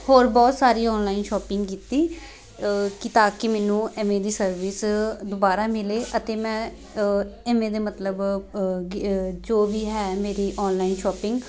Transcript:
ਹੋਰ ਬਹੁਤ ਸਾਰੀ ਔਨਲਾਈਨ ਸ਼ੋਪਿੰਗ ਕੀਤੀ ਕੀ ਤਾਂ ਕਿ ਮੈਨੂੰ ਐਵੇਂ ਦੀ ਸਰਵਿਸ ਦੁਬਾਰਾ ਮਿਲੇ ਅਤੇ ਮੈਂ ਇਵੇਂ ਦੇ ਮਤਲਬ ਜੋ ਵੀ ਹੈ ਮੇਰੀ ਔਨਲਾਈਨ ਸ਼ੋਪਿੰਗ